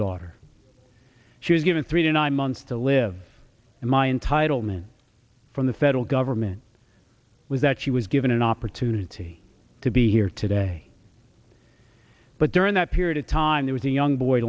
daughter she was given three to nine months to live and my untitled man from the federal government was that she was given an opportunity to be here today but during that period of time there was a young boy